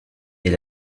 est